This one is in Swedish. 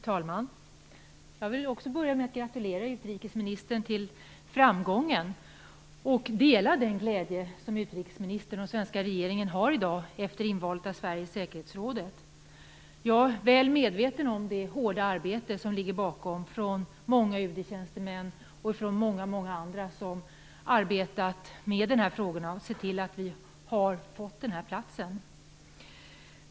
Fru talman! Jag vill också börja med att gratulera utrikesministern till framgången och med att dela den glädje som utrikesministern och svenska regeringen känner i dag efter invalet av Sverige i säkerhetsrådet. Jag är väl medveten om det hårda arbete som ligger bakom detta. Det är många UD-tjänstemän och många andra som har arbetat med dessa frågor och sett till att vi har fått den här platsen.